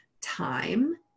time